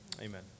Amen